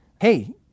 Hey